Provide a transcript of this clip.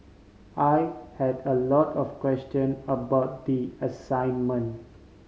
I had a lot of question about the assignment